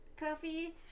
coffee